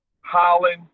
Holland